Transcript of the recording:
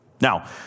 Now